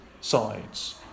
sides